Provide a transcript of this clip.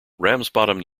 ramsbottom